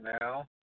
now